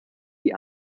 die